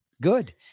Good